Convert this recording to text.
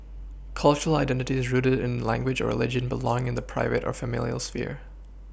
cultural identities rooted in language or religion belong in the private or familial sphere